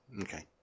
Okay